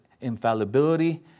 infallibility